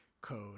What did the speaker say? code